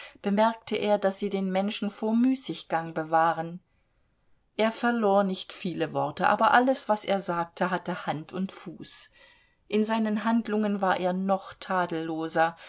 bemerkte er daß sie den menschen vor müßiggang bewahren er verlor nicht viel worte aber alles was er sagte hatte hand und fuß in seinen handlungen war er noch tadelloser